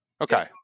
Okay